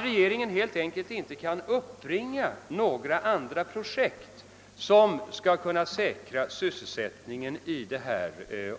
Regeringen kan helt enkelt inte uppbringa några andra projekt för att säkra sysselsättningen i